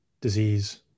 disease